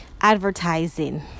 advertising